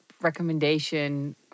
recommendation